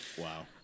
Wow